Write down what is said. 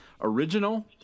original